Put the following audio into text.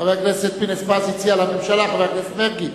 חבר הכנסת פינס-פז הציע לממשלה, חבר הכנסת מרגי,